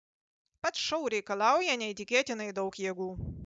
pats šou reikalauja neįtikėtinai daug jėgų